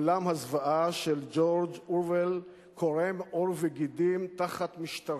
עולם הזוועה של ג'ורג' אורוול קורם עור וגידים תחת משטרך,